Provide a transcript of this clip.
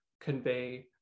convey